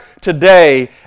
today